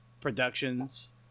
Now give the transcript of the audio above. productions